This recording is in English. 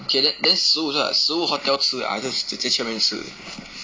okay then then 食物 [what] 食物 hotel 吃啊还是直接去那边吃